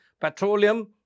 petroleum